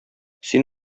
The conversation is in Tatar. син